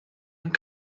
and